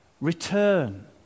return